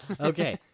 Okay